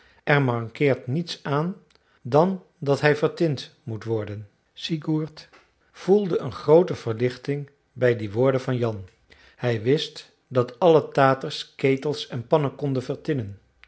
er mankeert niets aan dan dat hij vertind moet worden sigurd voelde een groote verlichting bij die woorden van jan hij wist dat alle taters ketels en